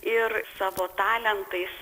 ir savo talentais